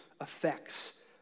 effects